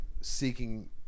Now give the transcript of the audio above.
seeking